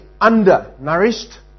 undernourished